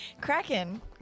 Kraken